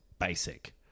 basic